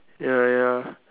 ya ya